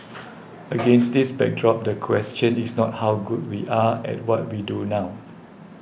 against this backdrop the question is not how good we are at what we do now